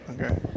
Okay